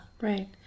right